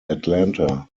atlanta